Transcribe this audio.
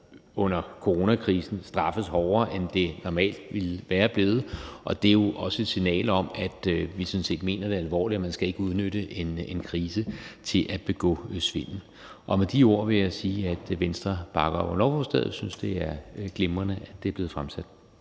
under coronakrisen straffes hårdere, end det normalt ville være blevet, og det er et signal om, at vi sådan set mener det alvorligt, at man ikke skal udnytte en krise til at begå svindel. Med de ord vil jeg sige, at Venstre bakker op om lovforslaget og synes, at det er glimrende, at det er blevet fremsat.